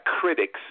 critics